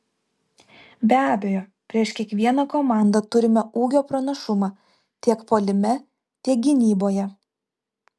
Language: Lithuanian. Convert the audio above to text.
be abejo prieš kiekvieną komandą turime ūgio pranašumą tiek puolime tiek gynyboje